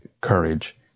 courage